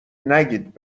نگید